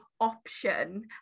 option